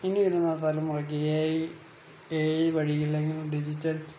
ഇനി വരുന്ന തലമുറക്ക് എഐ എഐ വഴി അല്ലങ്കിൽ ഡിജിറ്റൽ